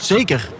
Zeker